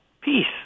peace